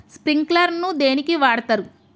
Sprinkler ను దేనికి వాడుతరు?